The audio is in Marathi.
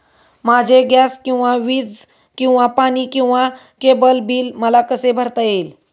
माझे गॅस किंवा वीज किंवा पाणी किंवा केबल बिल मला कसे भरता येईल?